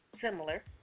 similar